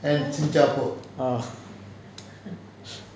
ah